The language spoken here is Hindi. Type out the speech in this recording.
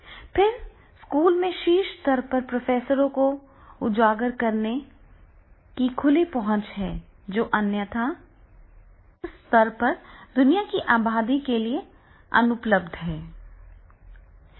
फिर स्कूल में शीर्ष स्तर के प्रोफेसरों को उजागर करने की खुली पहुँच है जो अन्यथा वैश्विक स्तर पर दुनिया की आबादी के लिए अनुपलब्ध हैं